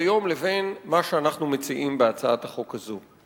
היום לבין מה שאנחנו מציעים בהצעת החוק הזו.